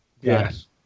Yes